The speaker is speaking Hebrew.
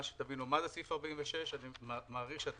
שתבינו מה זה סעיף 46, זה